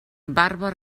barba